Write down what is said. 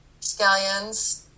scallions